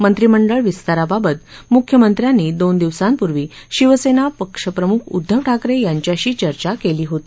मंत्रिमंडळ विस्ताराबाबत मुख्यमंत्र्यांनी दोन दिवसांपूर्वी शिवसेना पक्षप्रमुख उद्धव ठाकरे यांच्याशी चर्चा केली होती